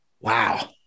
Wow